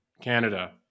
Canada